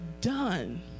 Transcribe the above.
done